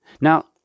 Now